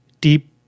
deep